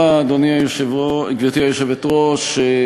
גברתי היושבת-ראש,